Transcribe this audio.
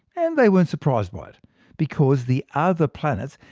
and they weren't surprised by it because the other planets,